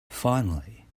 finally